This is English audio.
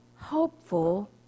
hopeful